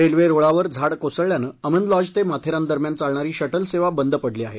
railway रुळावर झाड कोसळल्यानं अमन लॉज ते माथेरान दरम्यान चालणारी शटल सेवा बंद पडली आहे